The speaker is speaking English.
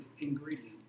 ingredient